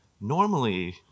Normally